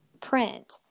print